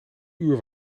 uur